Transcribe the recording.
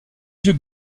duc